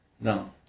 No